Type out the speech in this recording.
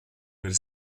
per